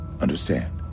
understand